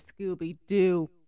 Scooby-Doo